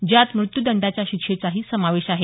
ज्यात मृत्यूदंडाच्या शिक्षेचाही समावेश आहे